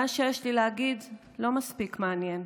מה שיש לי להגיד לא מספיק מעניין,